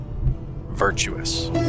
virtuous